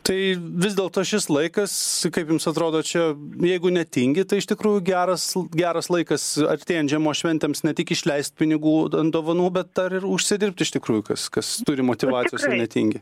tai vis dėl to šis laikas kaip jums atrodo čia jeigu netingi tai iš tikrųjų geras geras laikas artėjant žiemos šventėms ne tik išleist pinigų dovanų bet dar ir užsidirbt iš tikrųjų kas kas turi motyvacijos ir netingi